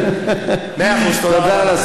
מאה אחוז, תודה רבה.